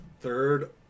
Third